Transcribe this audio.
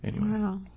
Wow